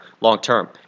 long-term